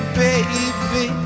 baby